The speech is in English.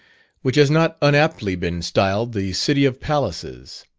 which has not unaptly been styled the city of palaces.